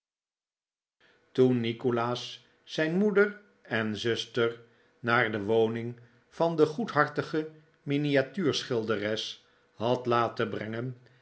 toen nikolaas zijn moeder en zuster naar nikola as nickleby de woning van de goedhartige miniatuurschilderes had laten brengen